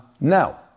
Now